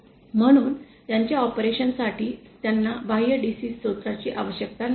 म्हणून त्यांच्या ऑपरेशन साठी त्यांना बाह्य DC स्रोताची आवश्यकता नाही